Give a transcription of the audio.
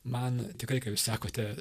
man tikrai ką jūs sakote